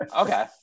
Okay